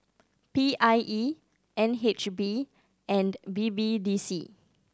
P I E N H B and B B D C